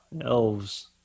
Elves